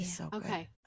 okay